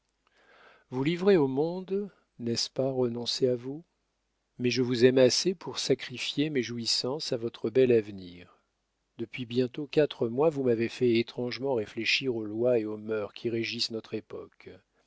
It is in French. vous livrer au monde n'est-ce pas renoncer à vous mais je vous aime assez pour sacrifier mes jouissances à votre bel avenir depuis bientôt quatre mois vous m'avez fait étrangement réfléchir aux lois et aux mœurs qui régissent notre époque